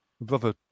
brother